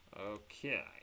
okay